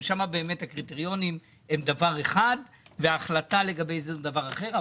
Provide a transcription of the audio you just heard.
שם באמת הקריטריונים הם דבר אחד וההחלטה לגבי זה היא דבר אחר.